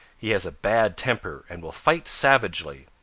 he has a bad temper and will fight savagely.